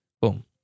Boom